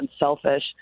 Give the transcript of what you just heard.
unselfish